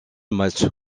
match